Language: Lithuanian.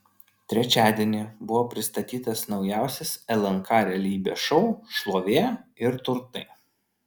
trečiadienį buvo pristatytas naujausias lnk realybės šou šlovė ir turtai